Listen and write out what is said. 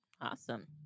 Awesome